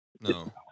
No